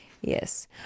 Yes